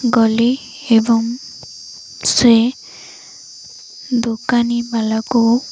ଗଲି ଏବଂ ସେ ଦୋକାନୀ ବାଲାକୁ